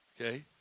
okay